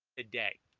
a day